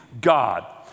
God